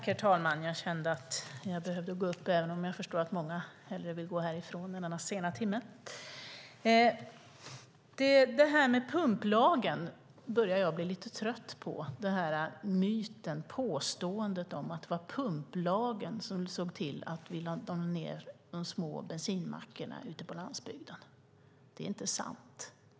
Herr talman! Jag kände att jag behövde gå upp även om jag förstår att många hellre vill gå härifrån i denna sena timme. Detta med pumplagen börjar jag bli lite trött på. Jag talar om myten att det var pumplagen som såg till att man lade ned de små bensinmackarna ute på landsbygden. Det är inte sant.